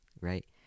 right